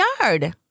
yard